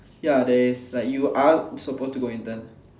ya there is like you are supposed to go intern